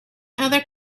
other